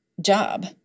job